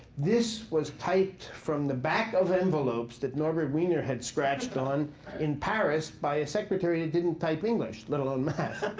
this was typed from the back of envelopes that norbert wiener had scratched on in paris by a secretary that didn't type english, let alone math.